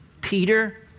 Peter